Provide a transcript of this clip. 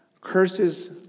curses